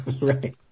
Right